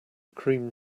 creamy